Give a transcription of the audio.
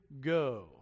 go